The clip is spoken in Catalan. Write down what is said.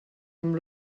amb